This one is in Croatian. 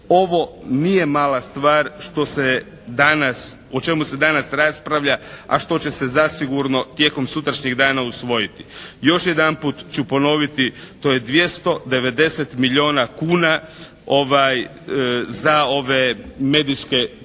što se danas, o čemu se danas raspravlja, a što će se zasigurno tijekom sutrašnjeg dana usvojiti. Još jedanput ću ponoviti. To je 290 milijuna kuna za ove medijske kuće.